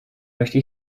möchte